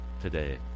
today